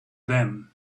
them